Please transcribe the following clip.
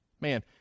Man